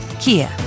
Kia